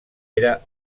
era